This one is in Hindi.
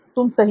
तुम सही हो